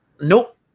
Nope